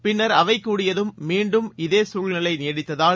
பின்னர் அவைகூடியதும் மீண்டும் இதேசூழ்நிலைநீடித்ததால்